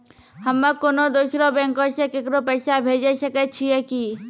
हम्मे कोनो दोसरो बैंको से केकरो पैसा भेजै सकै छियै कि?